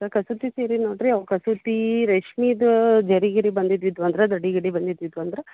ಕಸೂತಿ ಸೀರೆ ನೋಡಿರಿ ಅವು ಕಸೂತಿ ರೇಷ್ಮಿದು ಜರಿ ಗಿರಿ ಬಂದಿದ್ದು ಇದ್ವು ಅಂದ್ರೆ ದಡಿ ಗಿಡಿ ಬಂದಿದ್ದು ಇದ್ದವು ಅಂದ್ರೆ